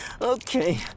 okay